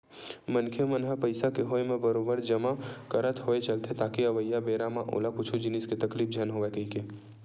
मनखे मन ह पइसा के होय म बरोबर जमा करत होय चलथे ताकि अवइया बेरा म ओला कुछु जिनिस के तकलीफ झन होवय कहिके